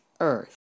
earth